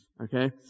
Okay